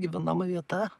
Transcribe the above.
gyvenama vieta